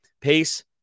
pace